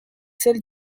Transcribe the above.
celle